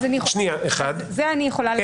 לזה אני יכולה לתת פתרון.